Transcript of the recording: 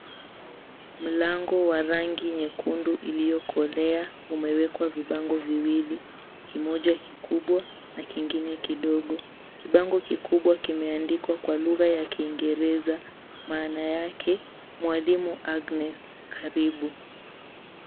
Mlango wa rangi nyekundu iliyokolea umewekwa vibango viwili, kimoja kikubwa na kingine kidogo. Kibango kikubwa kimeandikwa kwa lugha ya kiingereza, maana yake, mwalimu Agnes karibu.